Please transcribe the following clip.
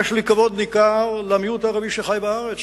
יש לי כבוד ניכר למיעוט הערבי שחי בארץ,